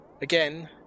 again